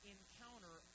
Encounter